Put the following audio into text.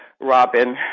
Robin